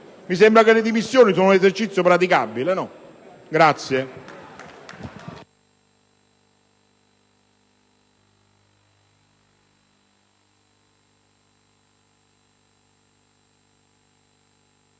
Mi sembra che le dimissioni siano un esercizio praticabile. Oppure